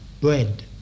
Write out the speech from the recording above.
Bread